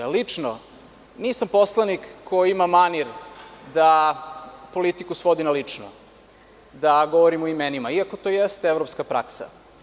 Lično, nisam poslanik koji ima manir da politiku svodi na lične, da govorim o imenima iako to jeste evropska praksa.